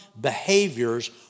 behaviors